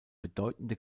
bedeutende